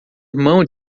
irmão